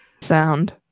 sound